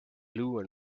blue